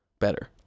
better